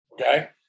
okay